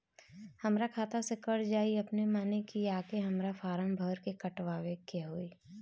हमरा खाता से कट जायी अपने माने की आके हमरा फारम भर के कटवाए के होई?